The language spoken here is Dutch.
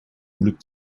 moeilijk